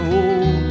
old